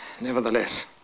Nevertheless